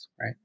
right